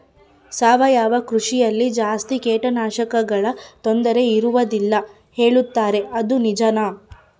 ಸಾವಯವ ಕೃಷಿಯಲ್ಲಿ ಜಾಸ್ತಿ ಕೇಟನಾಶಕಗಳ ತೊಂದರೆ ಇರುವದಿಲ್ಲ ಹೇಳುತ್ತಾರೆ ಅದು ನಿಜಾನಾ?